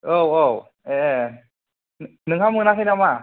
औ औ ए नोंहा मोनाखै नामा